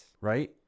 Right